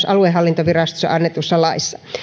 aluehallintovirastosta annetussa laissa